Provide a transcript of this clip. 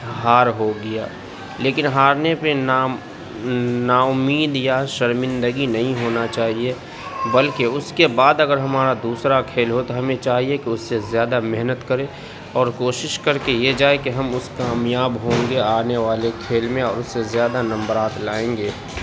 ہار ہو گیا لیکن ہارنے پہ نام ناامید یا شرمندگی نہیں ہونا چاہیے بلکہ اس کے بعد اگر ہمارا دوسرا کھیل ہو تو ہمیں چاہیے کہ اس سے زیادہ محنت کریں اور کوشش کر کے یہ جائیں کہ ہم اس کامیاب ہوں گے آنے والے کھیل میں اور اس سے زیادہ نمبرات لائیں گے